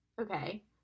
Okay